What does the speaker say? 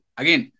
again